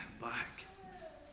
back